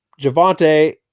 Javante